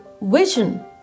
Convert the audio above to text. vision